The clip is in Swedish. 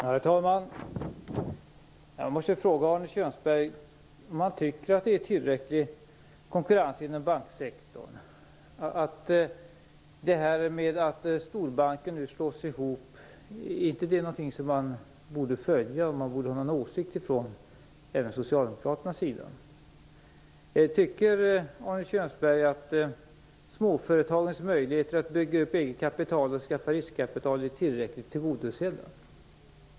Herr talman! Jag måste fråga Arne Kjörnsberg om han tycker att det är tillräcklig konkurrens inom banksektorn. Är inte det faktum att storbanker slås ihop någonting man borde följa och ha någon åsikt om även från Socialdemokraternas sida? Tycker Arne Kjörnsberg att småföretagens möjligheter att bygga upp eget kapital och skaffa riskkapital är tillräckligt tillgodosedda?